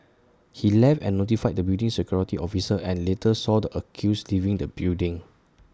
he left and notified the building's security officer and later saw the accused leaving the building